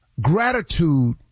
Gratitude